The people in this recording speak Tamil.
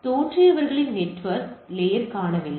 தோன்றியவர்களின் நெட்வொர்க் லேயர் காணவில்லை